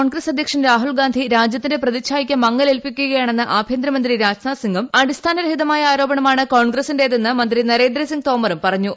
കോൺഗ്രസ് അധ്യക്ഷൻ രാഹുൽ ഗാന്ധി രാജ്യത്തിന്റെ പ്രതിഛായയ്ക്ക് മങ്ങലേൽപ്പിക്കുകയാണെന്ന് ആഭ്യന്തരമന്ത്രി രാജ്നാഥ് സിംഗും അടിസ്ഥാനരഹിതമായ ആരോപണമാണ് കോൺഗ്രസിന്റേതെന്ന് മന്ത്രി നരേന്ദ്രസിംഗ് തോമറും പറഞ്ഞു